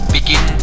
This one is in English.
Begin